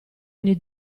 ogni